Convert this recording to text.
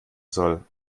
soll